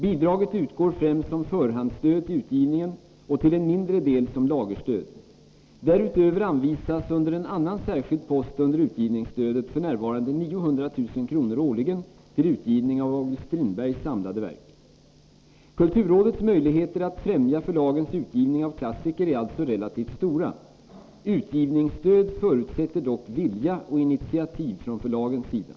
Bidraget utgår främst som förhandsstöd till utgivningen och till en mindre del som lagerstöd. Därutöver anvisas under en annan särskild post under utgivningsstödet f. n. 900 000 kr. årligen till utgivning av August Strindbergs samlade verk. Kulturrådets möjligheter att främja förlagens utgivning av klassiker är alltså relativt stora. Utgivningsstöd förutsätter dock vilja och initiativ från förlagens sida.